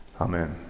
Amen